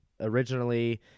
Originally